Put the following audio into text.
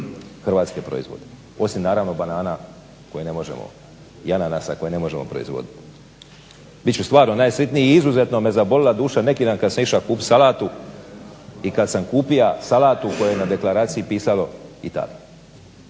hrvatske proizvode, osim naravno banana koje ne možemo i ananasa koje ne možemo proizvoditi. Bit ću stvarno najsretniji i izuzetno me zabolila duša neki dan kad sam išao kupit salatu i kad sam kupio salatu kojoj na deklaraciji pisalo Italija.